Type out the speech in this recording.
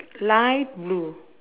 light blue